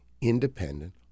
independent